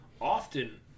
Often